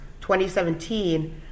2017